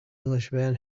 englishman